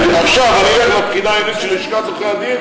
עכשיו אני אלך לבחינה של לשכת עורכי-הדין,